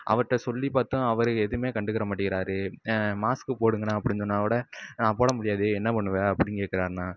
அவர்கிட்ட சொல்லி பார்த்தோம் அவரு எதுவுமே கண்டுக்கிற மாட்டிக்கிறாரு மாஸ்க்கு போடுங்கண்ணா அப்படின் சொன்னால்கூட நான் போட முடியாது என்ன பண்ணுவே அப்படின் கேட்கறாருண்ணா